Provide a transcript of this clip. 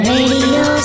Radio